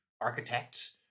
architect